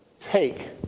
take